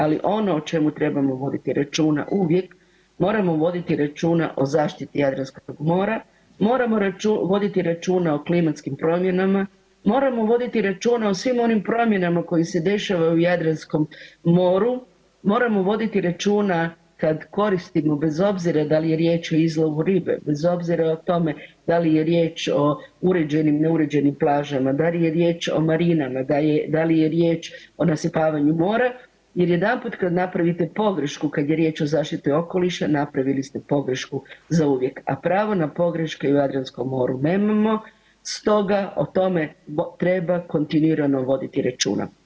Ali ono o čemu trebamo voditi računa uvijek, moramo voditi računa o zaštiti Jadranskog mora, moramo voditi računa o klimatskim promjenama, moramo voditi računa o svim onim promjenama koje se dešavaju u Jadranskom moru, moramo voditi računa kad koristimo bez obzira da li je riječ o izlovu ribe, bez obzira o tome da li je riječ o uređenim ili ne uređenim plažama, da li je riječ o marinama, da li je riječ o nasipavanju mora jer jedanput kad napravite pogrešku kada je riječ o zaštiti okoliša napravili ste pogrešku zauvijek, a pravo na pogreške u Jadranskom moru nemamo, stoga o tome treba kontinuirano voditi računa.